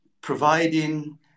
providing